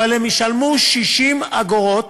אבל הם ישלמו 60 אגורות